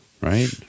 right